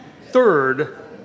Third